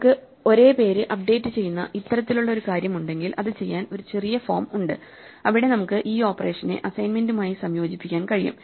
നമുക്ക് ഒരേ പേര് അപ്ഡേറ്റുചെയ്യുന്ന ഇത്തരത്തിലുള്ള ഒരു കാര്യം ഉണ്ടെങ്കിൽ അത് ചെയ്യാൻ ഒരു ചെറിയ ഫോം ഉണ്ട് അവിടെ നമുക്ക് ഈ ഓപ്പറേഷനെ അസൈൻമെന്റുമായി സംയോജിപ്പിക്കാൻ കഴിയും